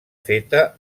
feta